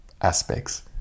aspects